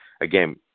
Again